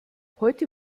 heute